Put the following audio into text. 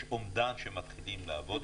יש אומדן שמתחילים לעבוד איתו?